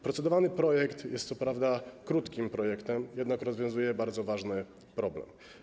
Procedowany projekt jest co prawda krótkim projektem, jednak rozwiązuje bardzo ważny problem.